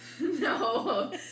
no